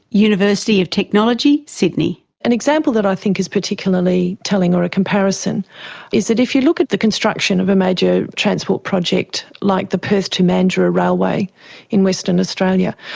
university of technology sydney. an example that i think is particularly telling or a comparison is that if you look at the construction of a major transport project like the perth to mandurah railway in western australia,